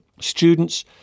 students